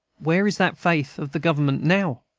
where is that faith of the government now?